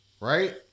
right